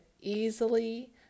easily